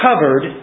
covered